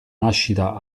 nascita